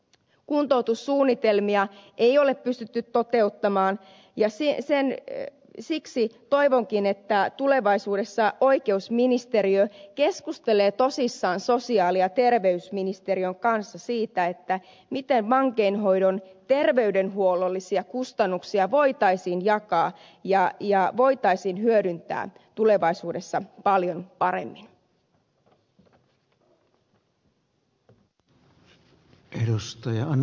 kuntoutussuunnitelmia ei ole pystytty toteuttamaan ja siksi toivonkin että tulevaisuudessa oikeusministeriö keskustelee tosissaan sosiaali ja terveysministeriön kanssa siitä miten vankeinhoidon terveydenhuollollisia kustannuksia voitaisiin jakaa ja hyödyntää tulevaisuudessa paljon paremmin